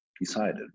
decided